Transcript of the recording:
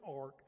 Ark